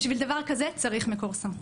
בשביל דבר כזה צריך מקור סמכות.